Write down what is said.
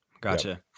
gotcha